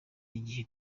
igihe